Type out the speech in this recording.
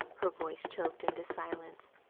her voice choked into silence.